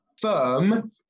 Firm